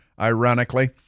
ironically